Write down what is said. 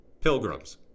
Pilgrims